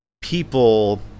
people